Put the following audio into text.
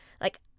Like-